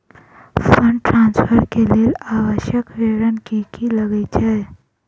Fund transfer केँ लेल आवश्यक विवरण की की लागै छै?